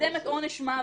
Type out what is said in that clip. לקדם את עונש המוות.